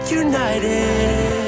united